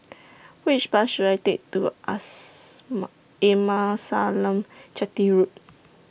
Which Bus should I Take to Amasalam Chetty Road